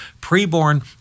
pre-born